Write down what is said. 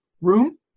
room